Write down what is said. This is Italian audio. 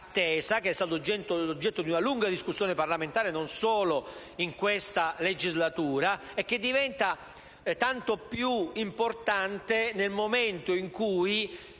attesa, oggetto di una lunga discussione parlamentare, e non solo in questa legislatura, che diventa tanto più importante nel momento in cui